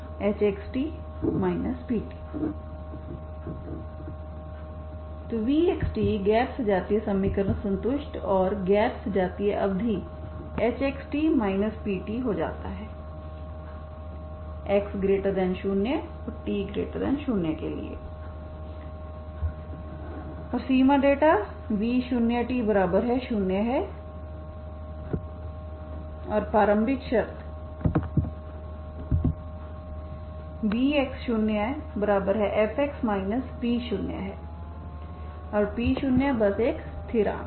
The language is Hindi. तो vxt गैर सजातीय समीकरण संतुष्ट और गैर सजातीय अवधि hxt pt हो जाता है x 0 औरt0 के लिएऔर सीमा डेटा v0t0 है और प्रारंभिक शर्त vx0fx p0है p बस एक स्थिरांक है